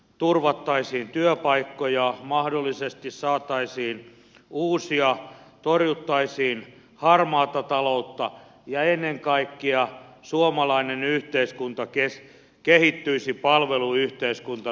turvattaisiin työpaikkoja mahdollisesti saataisiin uusia torjuttaisiin harmaata taloutta ja ennen kaikkea suomalainen yhteiskunta kehittyisi palveluyhteiskuntana